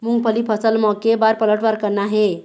मूंगफली फसल म के बार पलटवार करना हे?